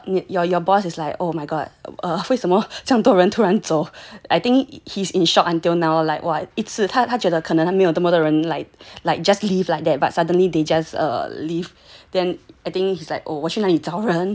your your boss is like oh my god err 为什么这样多人突然走 I think he's in shock until now like !wah! 一次他他觉得可能没有这样多人走 like just leave like that but suddenly they just err leave then I think he's like oh 我去哪里找人人怎么